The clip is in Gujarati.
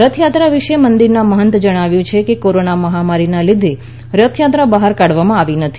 રથયાત્રા વિશે મંદિરના મહંતે જણાવ્યું હતું કે કોરોના મહામારીને લીધે રથયાત્રા બહાર કાઢવામાં આવી નથી